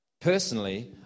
Personally